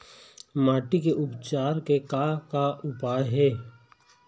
माटी के उपचार के का का उपाय हे?